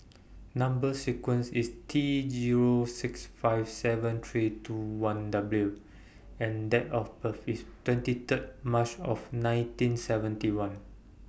Number sequence IS T Zero six five seven three two one W and Date of birth IS twenty Third March of nineteen seventy one